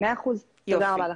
מאה אחוז, תודה רבה לכם.